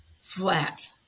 flat